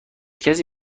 کسی